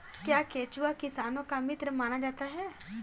क्या केंचुआ किसानों का मित्र माना जाता है?